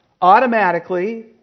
automatically